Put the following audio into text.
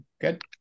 Good